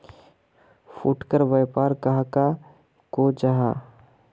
फुटकर व्यापार कहाक को जाहा?